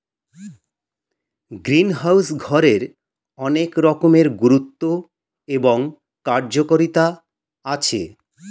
greenhouse ঘরের অনেক রকমের গুরুত্ব এবং কার্যকারিতা আছে